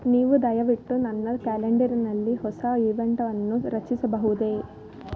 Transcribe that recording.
ನೀವು ದಯವಿಟ್ಟು ನನ್ನ ಕ್ಯಾಲೆಂಡರಿನಲ್ಲಿ ಹೊಸ ಇವೆಂಟನ್ನು ರಚಿಸಬಹುದೇ